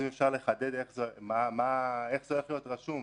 האם אפשר לחדד איך זה הולך להיות רשום?